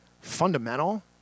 fundamental